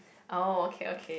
oh okay okay